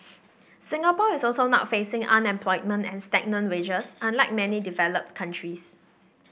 Singapore is also not facing unemployment and stagnant wages unlike many developed countries